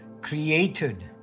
created